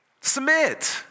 Submit